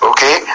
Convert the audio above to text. Okay